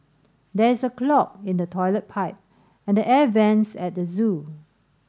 there is a clog in the toilet pipe and the air vents at the zoo